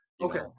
Okay